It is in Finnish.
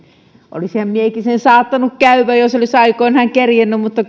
olisinhan minäkin sen saattanut käydä jos olisin aikoinaan kerjennyt mutta